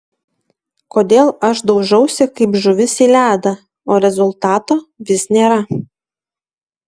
kodėl aš daužausi kaip žuvis į ledą o rezultato vis nėra